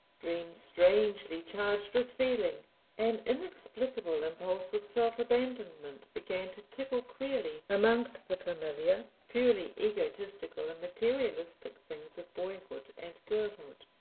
dreams strangely charged with feeling an inexplicable impulse of self-abandonment began to tickle queerly amongst the familiar purely egotistical and materialistic things of boyhood and girlhood.